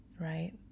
right